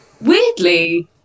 Weirdly